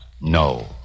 No